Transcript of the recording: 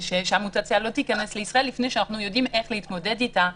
שהמוטציה לא תיכנס לישראל לפני שאנחנו יודעים איך להתמודד איתה.